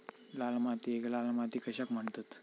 लाल मातीयेक लाल माती कशाक म्हणतत?